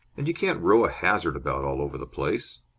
and you can't row a hazard about all over the place.